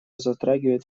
затрагивают